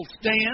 stand